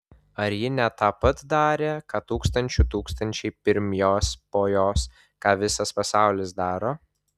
ar ji ne tą pat darė ką tūkstančių tūkstančiai pirm jos po jos ką visas pasaulis daro